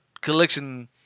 collection